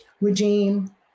regime